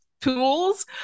tools